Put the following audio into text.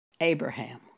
Abraham